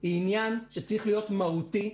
היא עניין שצריך להיות מהותי.